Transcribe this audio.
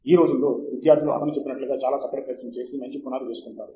ఈ రోజుల్లో విద్యార్థులు అతను చెప్పినట్లుగా చాలా చక్కటి ప్రయత్నము చేసి మంచి పునాది వేసుకుంటారు